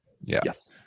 Yes